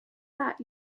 that